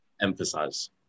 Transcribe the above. emphasize